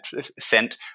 sent